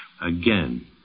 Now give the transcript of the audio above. Again